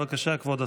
בבקשה, כבוד השרה.